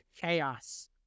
chaos